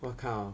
what kind of